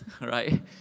Right